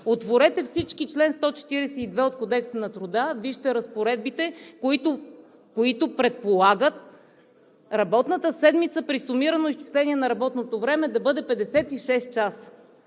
Отворете всички чл. 142 от Кодекса на труда, вижте разпоредбите, които предполагат работната седмица при сумирано изчисление на работното време да бъде 56 часа.